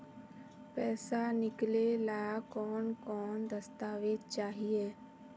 पैसा निकले ला कौन कौन दस्तावेज चाहिए?